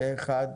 הצבעה בעד,